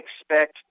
expect